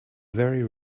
very